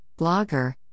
blogger